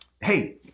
hey